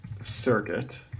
circuit